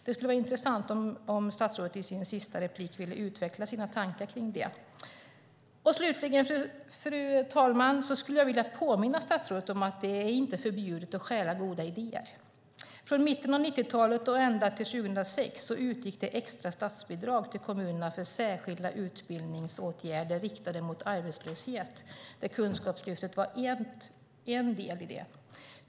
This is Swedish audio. Det skulle vara intressant om statsrådet i sin sista replik ville utveckla sina tankar kring det. Fru talman! Slutligen skulle jag vilja påminna statsrådet om att det inte är förbjudet att stjäla goda idéer. Från mitten av 90-talet och ända till 2006 utgick det extra statsbidrag till kommunerna för särskilda utbildningsåtgärder riktade mot arbetslöshet. Kunskapslyftet var en del i det.